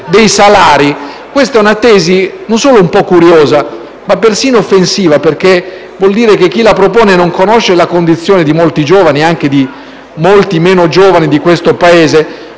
dei salari. Questa è una tesi non solo un po' curiosa, ma persino offensiva, perché vuol dire che chi la propone non conosce la condizione di molti giovani e anche di molti meno giovani di questo Paese,